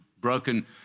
broken